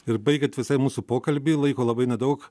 ir baigiant visai mūsų pokalbį laiko labai nedaug